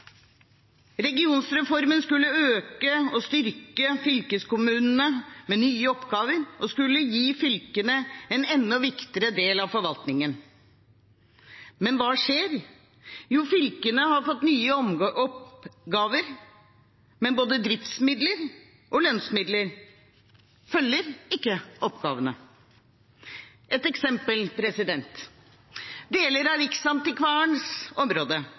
skulle styrke fylkeskommunene med nye oppgaver og skulle gi fylkene en enda viktigere del av forvaltningen. Men hva skjer? Jo, fylkene har fått nye oppgaver, men verken driftsmidler eller lønnsmidler følger med oppgavene. Ett eksempel: Deler av Riksantikvarens område